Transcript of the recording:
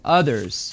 others